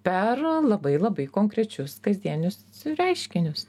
per labai labai konkrečius kasdienius reiškinius